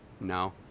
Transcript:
No